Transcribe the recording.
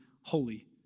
holy